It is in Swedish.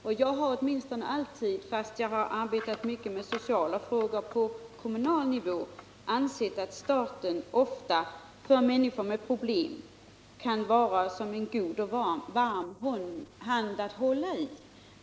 Åtminstone har jag alltid, fast jag arbetat mycket med sociala frågor på kommunal nivå, ansett att staten för människor med problem kan vara som en god och varm hand att hålla i.